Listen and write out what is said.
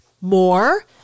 more